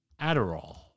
Adderall